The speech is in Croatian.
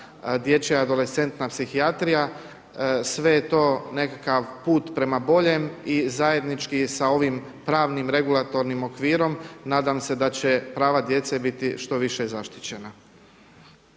dječja adolescentna psihijatrija. Sve je to nekakav put prema boljem i zajednički sa ovim pravnim, regulatornim okvirom nadam se da će prava djece biti što više zaštićena.